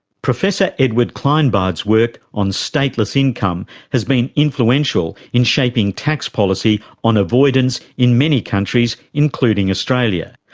professor edward kleinbard's work on stateless income has been influential in shaping tax policy on avoidance in many countries, including australia.